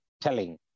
telling